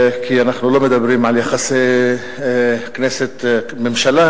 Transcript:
כי אנחנו לא מדברים על יחסי כנסת ממשלה,